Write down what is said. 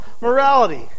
morality